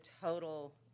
total